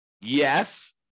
Yes